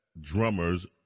drummers